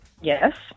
Yes